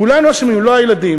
כולנו אשמים, לא הילדים.